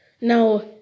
Now